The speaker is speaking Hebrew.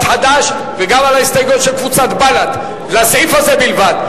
חד"ש וגם על ההסתייגויות של קבוצת בל"ד לסעיף הזה בלבד.